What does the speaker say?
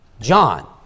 John